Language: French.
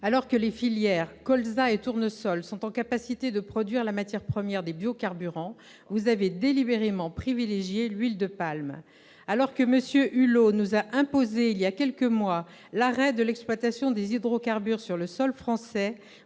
Alors que les filières colza et tournesol sont en mesure de produire la matière première des biocarburants, vous avez délibérément privilégié l'huile de palme. Alors que M. Hulot nous a imposé, il y a quelques mois, l'arrêt de l'exploitation des hydrocarbures sur le sol français,